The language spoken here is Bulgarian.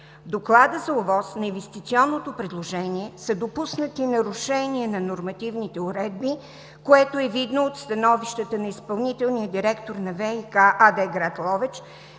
доклада за ОВОС по инвестиционното предложение са допуснати нарушения на нормативните уредби, което е видно от становището на изпълнителния директор на ВиК АД, град Ловеч,